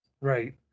Right